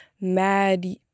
mad